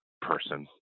person